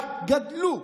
רק גדלו.